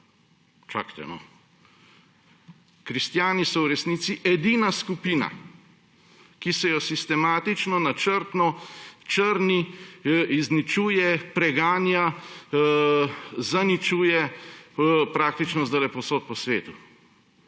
Čakajte, no! Kristjani so v resnici edina skupina, ki se jo sistematično, načrtno črni, izničuje, preganja, zaničuje praktično zdajle povsod po svetu.